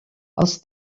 els